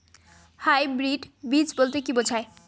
Hybrid বীজ বলতে কী বোঝায়?